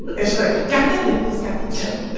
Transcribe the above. and she's like, got the nipples, got the toes but